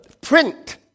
print